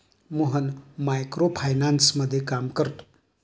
Mohan micro फायनान्समध्ये काम करतो